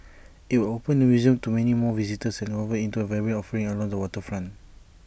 IT would open the museum to many more visitors and convert IT into A vibrant offering along the waterfront